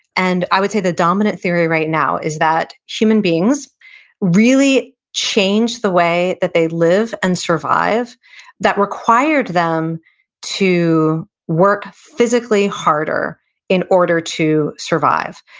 and i would say the dominant theory right now is that human beings really changed the way that they live and survive that required them to work physically harder in order to survive.